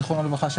זכרונו לברכה,